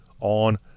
on